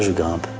ah god.